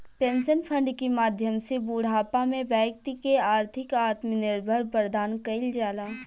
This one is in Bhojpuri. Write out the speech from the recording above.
पेंशन फंड के माध्यम से बूढ़ापा में बैक्ति के आर्थिक आत्मनिर्भर प्रदान कईल जाला